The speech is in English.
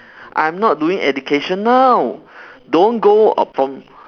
I'm not doing education now don't go from